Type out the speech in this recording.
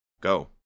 go